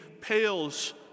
pales